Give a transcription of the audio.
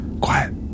quiet